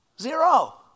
Zero